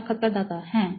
সাক্ষাৎকারদাতা হ্যাঁ